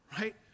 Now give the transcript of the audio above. right